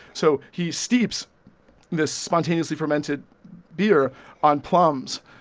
so he steeps this spontaneously fermented beer on plums,